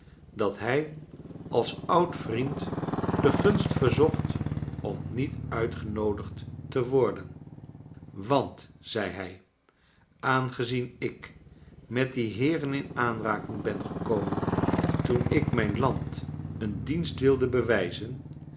dat hij als oud vriend de gunst verzocht om niet uitgenoodigd te worden want zei hij aangezien ik met die heeren in aanraking ben gekomen toen ik mijn land een dienst wilde bewijzen